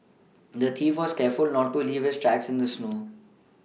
the thief was careful not to leave his tracks in the snow